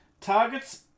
Targets